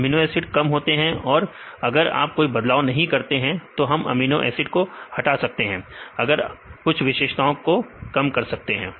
amino acid कम होते हैं और अगर आप कोई बदलाव नहीं करते हैं तो हम इन अमीनो एसिड को हटा सकते हैं आप कुछ विशेषताओं को कम कर सकते हैं